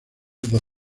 dos